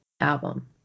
album